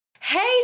Hey